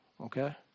okay